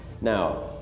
now